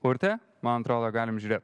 urte man atrodo galim žiūrėt